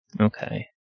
Okay